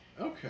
okay